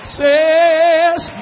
says